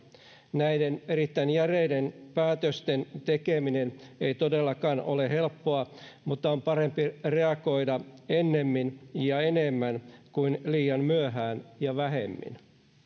näiden erittäin järeiden päätösten tekeminen ei todellakaan ole helppoa mutta on parempi reagoida ennemmin ja enemmän kuin liian myöhään ja vähemmin